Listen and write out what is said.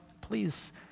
please